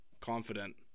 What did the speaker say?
Confident